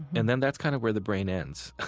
and then that's kind of where the brain ends.